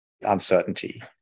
uncertainty